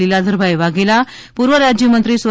લીલાધરભાઇ વાઘેલા પૂર્વ રાજ્યમંત્રી સ્વ